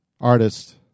artist